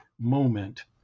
moment